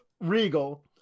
Regal